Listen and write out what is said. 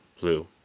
blue